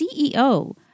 CEO